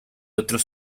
otros